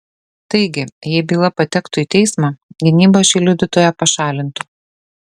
taigi jei byla patektų į teismą gynyba šį liudytoją pašalintų